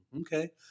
okay